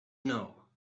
know